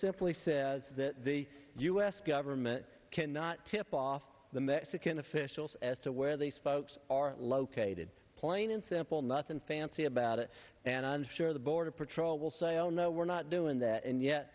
simply says that the u s government cannot tip off the mexican officials as to where these folks are located plain and simple nothing fancy about it and i'm sure the border patrol will say oh no we're not doing that and yet